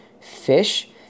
fish